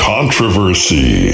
Controversy